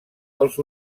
els